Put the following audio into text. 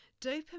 Dopamine